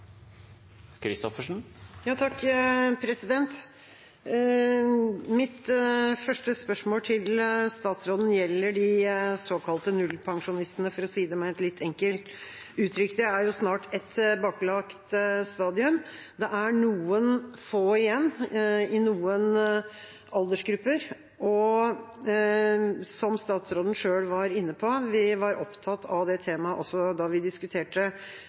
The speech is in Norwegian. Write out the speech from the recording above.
spørsmål til statsråden gjelder de såkalte nullpensjonistene, for å si det med et litt enkelt uttrykk. Det er snart et tilbakelagt stadium. Det er noen få igjen i noen aldersgrupper, og som statsråden selv var inne på, var vi opptatt av det temaet også da vi diskuterte samordningsloven for et år siden. Den gangen svarte statsråden Stortinget at det